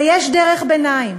ויש דרך ביניים: